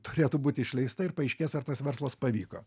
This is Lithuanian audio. turėtų būti išleista ir paaiškės ar tas verslas pavyko